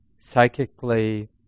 psychically